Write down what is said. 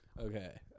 okay